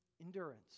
endurance